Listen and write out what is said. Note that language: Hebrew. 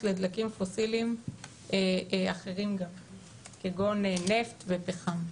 לדלקים פוסיליים אחרים כגון נפט ופחם.